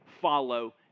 follow